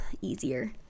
easier